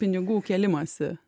pinigų kėlimąsi